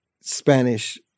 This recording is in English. Spanish